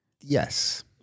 Yes